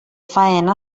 faena